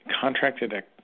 contracted